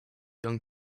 young